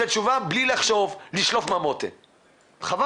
זו תשובה בלי לחשוב, לשלוף מהמותן, חבל.